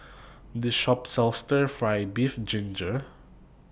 This Shop sells Stir Fry Beef Ginger Onions